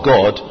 God